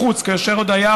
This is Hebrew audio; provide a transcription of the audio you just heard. כאשר עוד היה